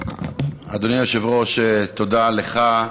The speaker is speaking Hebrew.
אדוני היושב-ראש, תודה לך.